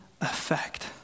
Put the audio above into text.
effect